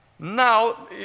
Now